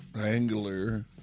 Angler